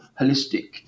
holistic